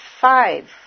five